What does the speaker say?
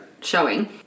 showing